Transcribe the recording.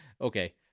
okay